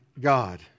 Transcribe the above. God